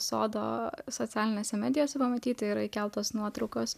sodo socialinėse medijose pamatyti yra įkeltos nuotraukos